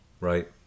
Right